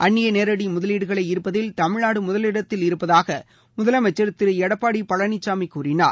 அள்ளிய நேரடி முதலீடுகளை ஈள்ப்பதில் தமிழ்நாடு முதலிடத்தில் இருப்பதாக முதலமைச்சா் திரு எடப்பாடி பழனிசாமி கூறினார்